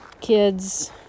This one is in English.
kids